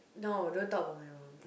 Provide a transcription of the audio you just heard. no don't talk about my mum